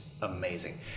amazing